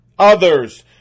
Others